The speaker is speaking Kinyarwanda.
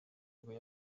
yabuze